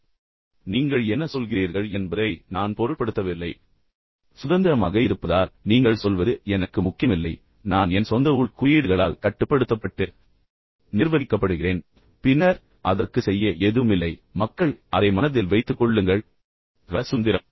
இது இவ்வாறு அல்ல நீங்கள் என்ன சொல்கிறீர்கள் என்பதை நான் பொருட்படுத்தவில்லை நான் சுதந்திரமாக இருப்பதால் நீங்கள் சொல்வது எனக்கு முக்கியமில்லை நான் என் சொந்த உள் குறியீடுகளால் கட்டுப்படுத்தப்பட்டு நிர்வகிக்கப்படுகிறேன் பின்னர் அதற்கு செய்ய எதுவுமில்லை மக்கள் அதை மனதில் வைத்துக்கொள்ளுங்கள் கள கள சுதந்திரம்